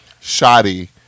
shoddy